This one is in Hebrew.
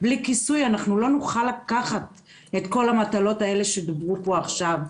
בלי כיסוי אנחנו לא נוכל לקחת את כל המטלות האלה שדוברו פה עכשיו.